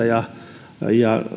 ja ja